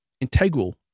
integral